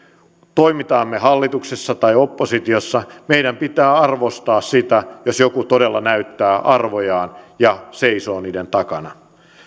toimimme me hallituksessa tai oppositiossa meidän pitää arvostaa sitä jos joku todella näyttää arvojaan ja seisoo niiden takana